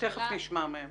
תכף נשמע מהם.